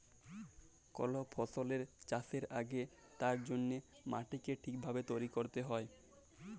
call ফসল চাষের আগেক তার জল্যে মাটিকে ঠিক ভাবে তৈরী ক্যরতে হ্যয়